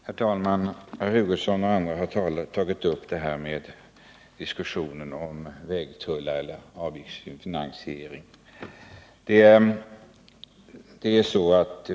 Herr talman! Kurt Hugosson och andra har tagit upp en diskussion om avgiftsfinansiering och vägtullar.